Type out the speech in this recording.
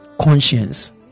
Conscience